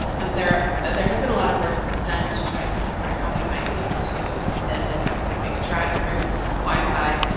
um there there has been a lot of work done to try to consider how we might be able to extend and have kind of maybe drive through wifi.